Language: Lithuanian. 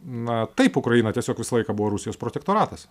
na taip ukraina tiesiog visą laiką buvo rusijos protektoratas